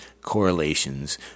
correlations